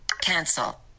Cancel